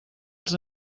els